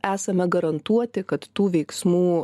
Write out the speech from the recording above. esame garantuoti kad tų veiksmų